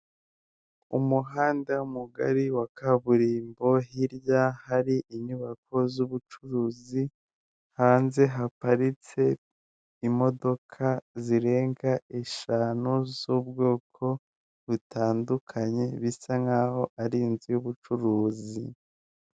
Umuhanda mugari wa kaburimbo hirya hari inyubako z'ubucuruzi hanze haparitse imodoka zirenga eshanu zu'ubwoko butandukanye bisa nk'aho ari inzu y'ubucuruzi.